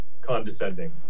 condescending